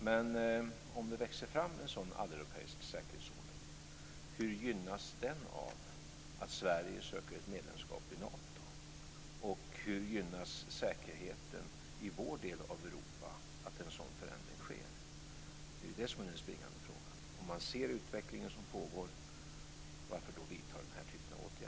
Men om det växer fram en sådan alleuropeisk säkerhetsordning, hur gynnas den av att Sverige söker medlemskap i Nato, och hur gynnas säkerheten i vår del av Europa av att en sådan förändring sker? Det är den springande punkten. Om man ser den utveckling som pågår, varför då vidta den här typen av åtgärder?